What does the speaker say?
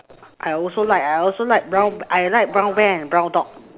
I also like I also like brown I like brown bear and brown dog